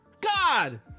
God